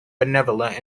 benevolent